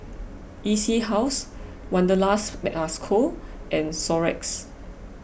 E C House Wanderlust Co and Xorex